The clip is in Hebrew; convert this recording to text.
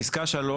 פסקה (3)